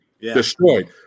Destroyed